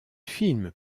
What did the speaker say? film